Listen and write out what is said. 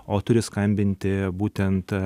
o turi skambinti būtent